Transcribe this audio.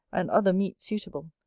and other meat suitable,